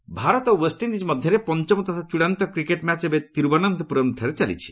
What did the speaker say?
cricket Bharat ଓ West Indies ମଧ୍ୟରେ ପଞ୍ଚମ ତଥା ଚୂଡ଼ାନ୍ତ କ୍ରିକେଟ୍ ମ୍ୟାଚ୍ ଏବେ ତିରୁବନନ୍ତପୁରମ୍ଠାରେ ଚାଲିଛି